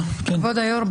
כבוד היו"ר,